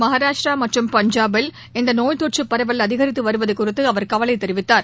மகாராஷ்டிரா மற்றும் பஞ்சாபில் இந்த நோய்த்தொற்று பரவல் அதிகித்து வருவது குறித்து அவர் கவலை தெரிவித்தார்